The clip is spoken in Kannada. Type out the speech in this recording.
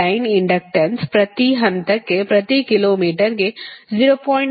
ಲೈನ್ ಇಂಡಕ್ಟನ್ಸ್ ಪ್ರತಿ ಹಂತಕ್ಕೆ ಪ್ರತಿ ಕಿಲೋ ಮೀಟರ್ಗೆ 0